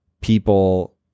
people